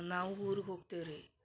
ನಾವು ಊರುಗ ಹೋಗ್ತೇವೆ ರೀ